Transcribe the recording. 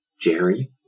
Jerry